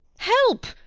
help!